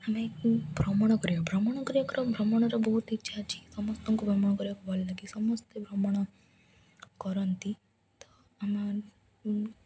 ଆମେ ଭ୍ରମଣ କରିବା ଭ୍ରମଣ କରିବା ଭ୍ରମଣର ବହୁତ ଇଚ୍ଛା ଅଛି ସମସ୍ତଙ୍କୁ ଭ୍ରମଣ କରିବାକୁ ଭଲ ଲାଗେ ସମସ୍ତେ ଭ୍ରମଣ କରନ୍ତି ତ ଆମ